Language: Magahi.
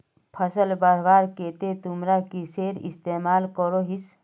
फसल बढ़वार केते तुमरा किसेर इस्तेमाल करोहिस?